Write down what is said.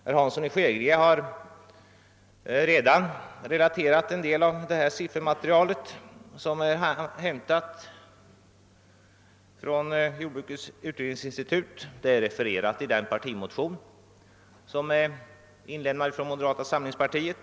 Herr Hansson i Skegrie har redan relaterat en del av det siffermaterial som framlagts av Jordbrukets utredningsinstitut och som även är refererat i den partimotion som avgivits av moderata samlingspartiet.